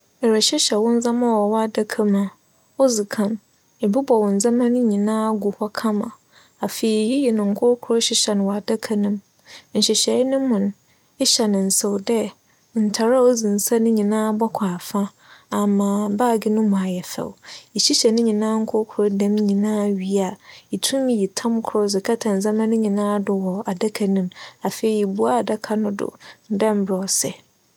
Erehyehyɛ wo ndzɛmba wͻ w'adaka mu a odzi kan, ebobͻw ndzɛmda no nyinaa gu hͻ kama. Afei, iyiyi no nkorkor hyehyɛ no wͻ adaka no mu. Nhyehyɛɛ no mu no, ehyɛ no nsew dɛ ntar a odzi nsɛ no nyinaa bͻkͻ afa ama baage no mu ayɛ fɛw. Ehyehyɛ ne nyinaa nkorkor dɛm nyinaa wie a, itum yi tam kor dze kata ne nyinaa do wͻ adaka no mu. Afei, ibua adaka no do dɛ mbrɛ ͻsɛ.